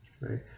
right